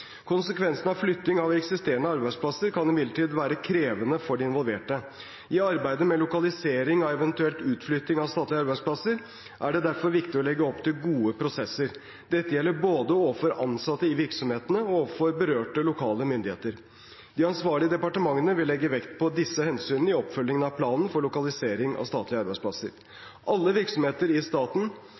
av flytting av eksisterende arbeidsplasser kan imidlertid være krevende for de involverte. I arbeidet med lokalisering og eventuelt utflytting av statlige arbeidsplasser er det derfor viktig å legge opp til gode prosesser. Dette gjelder både overfor ansatte i virksomhetene og overfor berørte lokale myndigheter. De ansvarlige departementene vil legge vekt på disse hensynene i oppfølgingen av planen for lokalisering av statlige arbeidsplasser. Alle virksomheter i staten